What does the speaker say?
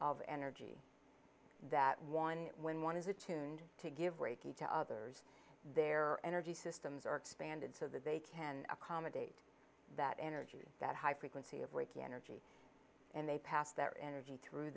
of energy that one when one is it tuned to give reiki to others their energy systems are expanded so that they can accommodate that energy that high frequency of reiki energy and they pass that energy through